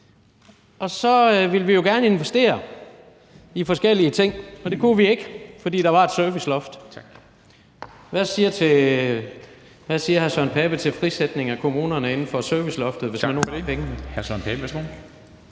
Så ville vi jo gerne investere i forskellige ting, men det kunne vi ikke, fordi der var et serviceloft. Hvad siger hr. Søren Pape Poulsen til frisætning af kommunerne i forbindelse med serviceloftet, hvis vi nu har pengene? Kl. 16:03 Formanden